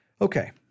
Okay